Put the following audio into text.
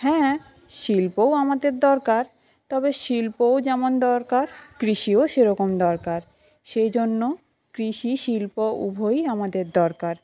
হ্যাঁ শিল্পও আমাদের দরকার তবে শিল্পও যেমন দরকার কৃষিও সেরকম দরকার সেইজন্য কৃষি শিল্প উভয়ই আমাদের দরকার